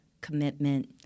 commitment